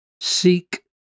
Seek